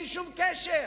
אבל אין שום קשר.